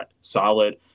solid